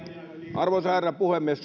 arvoisa herra puhemies